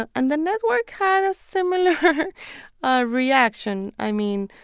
and the network had a similar ah reaction. i mean,